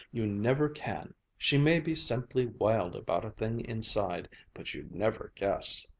you never can. she may be simply wild about a thing inside, but you'd never guess.